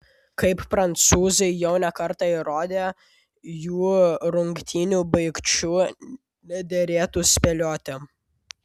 kaip prancūzai jau ne kartą įrodė jų rungtynių baigčių nederėtų spėlioti